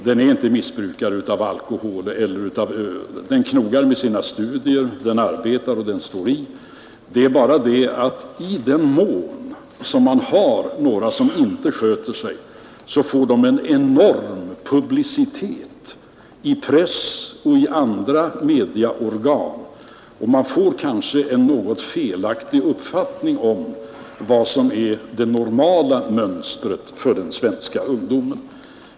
Den är inte missbrukare av alkohol eller öl. Den knogar med sina studier, den arbetar och står i. Det är bara det att i den mån några inte sköter sig får dessa en enorm publicitet i press och andra massmedier. Man får kanske därigenom en något felaktig uppfattning om vad som är det normala mönstret för den svenska ungdomen.